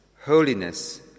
holiness